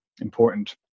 important